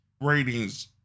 ratings